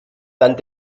dann